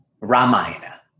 Ramayana